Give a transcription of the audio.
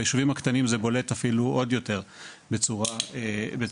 ביישובים הקטנים זה בולט אפילו עוד יותר בצורה ברורה.